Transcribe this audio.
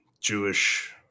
Jewish